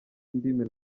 indimi